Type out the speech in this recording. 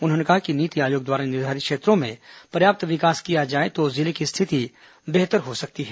उन्होंने कहा कि नीति आयोग द्वारा निर्धारित क्षेत्रों में पर्याप्त विकास किया जाए तो जिले की स्थिति बेहतर हो सकती है